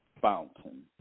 fountain